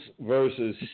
versus